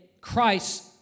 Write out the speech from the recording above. Christ